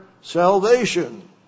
salvation